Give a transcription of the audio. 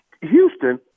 Houston